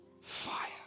Fire